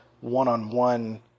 one-on-one